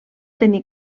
tenir